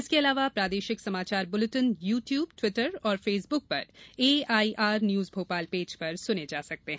इसके अलावा प्रादेशिक समाचार बुलेटिन यू ट्यूब टि्वटर और फेसबुक पर एआईआर न्यूज भोपाल पेज पर सुने जा सकते हैं